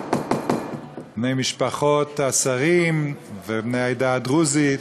בני משפחות השרים ובני העדה הדרוזית,